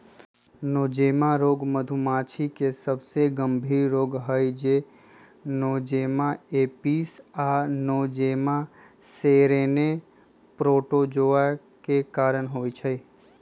Nosema रोग मधुमाछी के सबसे गंभीर रोग हई जे नोज़ेमा एपिस आ नोज़ेमा सेरेने प्रोटोज़ोआ के कारण होइ छइ